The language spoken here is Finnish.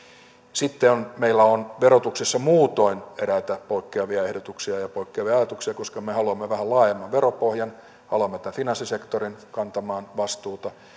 sitten meillä on verotuksessa muutoin eräitä poikkeavia ehdotuksia ja poikkeavia ajatuksia koska me me haluamme vähän laajemman veropohjan haluamme finanssisektorin kantamaan vastuuta